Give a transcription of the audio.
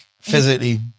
physically